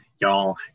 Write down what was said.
y'all